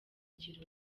ngiro